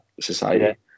society